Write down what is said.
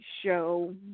show